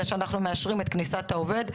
ומודיעים שאנחנו מאשרים את כניסת העובד.